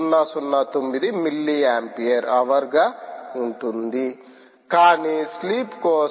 009 milliampere hour గా ఉంటుంది కానీ స్లీప్ కోసం ఇది 0